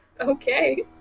Okay